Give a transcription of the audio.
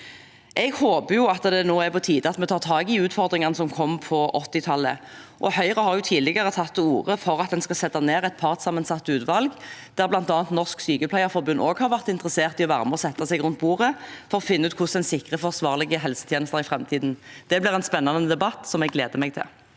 Jeg håper det nå er på tide at vi tar tak i utfordringene som kom på 1980-tallet. Høyre har tidligere tatt til orde for å sette ned et partssammensatt utvalg, der bl.a. Norsk Sykepleierforbund har vært interessert i å sette seg rundt bordet for å finne ut hvordan en sikrer forsvarlige helsetjenester i framtiden. Det blir en spennende debatt jeg gleder meg til.